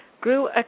grew